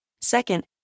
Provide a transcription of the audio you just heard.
Second